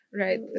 Right